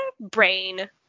Brain